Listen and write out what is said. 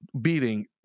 beating